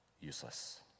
useless